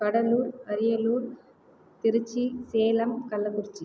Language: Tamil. கடலூர் அரியலூர் திருச்சி சேலம் கள்ளக்குறிச்சி